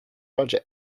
roger